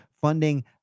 funding